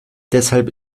deshalb